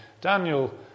Daniel